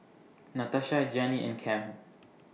Natasha Gianni and Cam